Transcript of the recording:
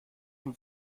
uns